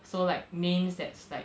so like names that's like